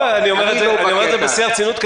אני אומר את זה בשיא הרצינות.